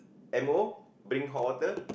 M O bring hot water